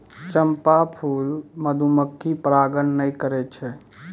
चंपा फूल मधुमक्खी परागण नै करै छै